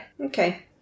okay